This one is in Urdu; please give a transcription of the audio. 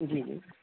جی جی